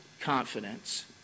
confidence